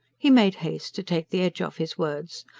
he made haste to take the edge off his words.